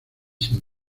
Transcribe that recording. sin